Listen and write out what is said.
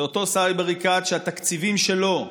זה אותו סאיב עריקאת שהתקציבים שלו,